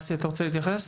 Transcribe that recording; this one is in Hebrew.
אסי, אתה רוצה להתייחס?